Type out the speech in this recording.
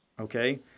okay